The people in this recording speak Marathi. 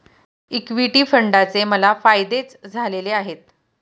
इक्विटी फंडाचे मला फायदेच झालेले आहेत